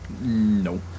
No